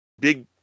big